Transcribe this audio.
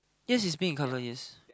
yes it's pink in colour yes